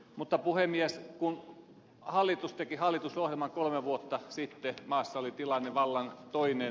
mutta puhemies kun hallitus teki hallitusohjelman kolme vuotta sitten maassa oli tilanne vallan toinen